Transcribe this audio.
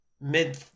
mid